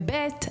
שנית,